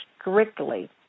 strictly